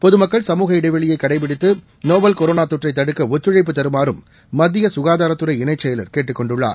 பொதுமக்கள் சமூக இடைவெளியை கடைபிடித்து நோவல் கொரோனா தொற்றை தடுக்க ஒத்துழைப்பு தருமாறும் மத்திய சுகாதாரத்துறை இணை செயலர் கேட்டுக் கொண்டுள்ளார்